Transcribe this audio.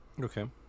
Okay